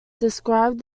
described